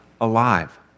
alive